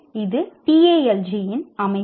இது TALG இன் அமைப்பு